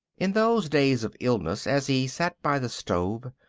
in those days of illness, as he sat by the stove,